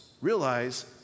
realize